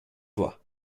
voix